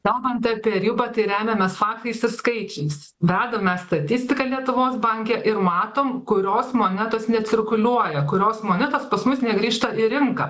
kalbant apie ribą tai remiamės faktais ir skaičiais vedame statistiką lietuvos banke ir matom kurios monetos necirkuliuoja kurios monetos pas mus negrįžta į rinką